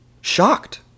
shocked